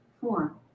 Four